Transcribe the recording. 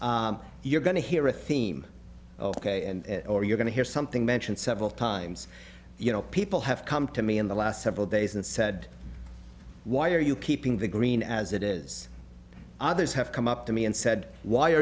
on you're going to hear a theme ok and or you're going to hear something mentioned several times you know people have come to me in the last several days and said why are you keeping the green as it is others have come up to me and said why